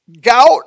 Gout